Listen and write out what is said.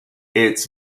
its